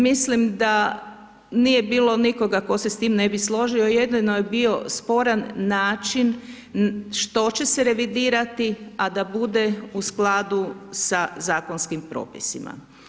Mislim da nije bilo nikoga tko se s tim ne bi složio, jedino je bio sporan način što će se revidirati, a da bude u skladu sa zakonskim propisima.